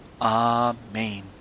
Amen